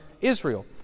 Israel